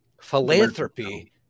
Philanthropy